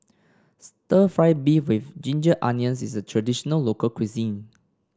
stir fry beef with Ginger Onions is a traditional local cuisine